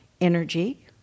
energy